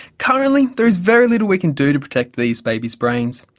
currently there is very little we can do to protect these babies' brains.